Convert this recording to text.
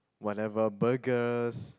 whatever burgers